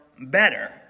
better